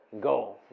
go